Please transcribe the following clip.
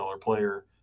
player